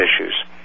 issues